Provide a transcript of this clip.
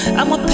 I'ma